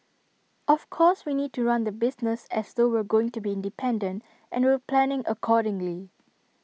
of course we need to run the business as though we're going to be independent and we're planning accordingly